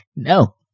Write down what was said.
no